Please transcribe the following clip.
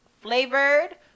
flavored